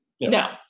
No